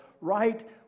right